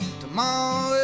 tomorrow